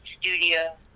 Studio